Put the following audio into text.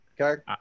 Okay